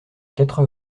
quatre